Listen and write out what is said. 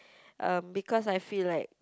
um because I feel like